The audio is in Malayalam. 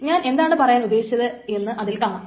ഞാൻ എന്താണ് പറയാൻ ഉദ്ദേശിച്ചത് എന്ന് അതിൽ കാണാം